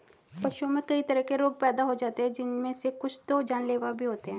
पशुओं में कई तरह के रोग पैदा हो जाते हैं जिनमे से कुछ तो जानलेवा भी होते हैं